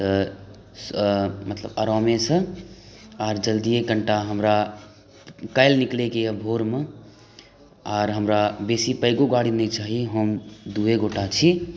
तऽ मतलब आरामेसँ आओर जल्दिए कनिटा हमरा काल्हि निकलैके अइ भोरमे आओर हमरा बेसी पैघो गाड़ी नहि चाही हम दुइए गोटा छी